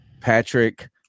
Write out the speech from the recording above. Patrick